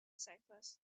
cyclist